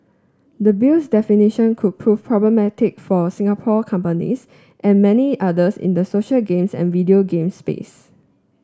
the Bill's definitions could prove problematic for Singapore companies and many others in the social games and video game space